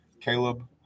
Caleb